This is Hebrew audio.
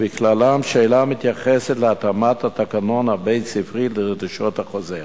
ובכללן שאלה המתייחסת להתאמת התקנון הבית-ספרי לדרישות החוזר.